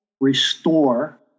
restore